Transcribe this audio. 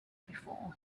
before